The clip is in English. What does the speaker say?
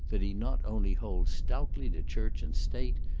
that he not only holds stoutly to church and state,